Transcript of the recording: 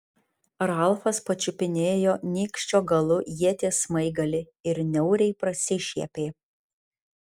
ralfas pačiupinėjo nykščio galu ieties smaigalį ir niauriai prasišiepė